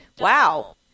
wow